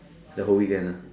the whole weekend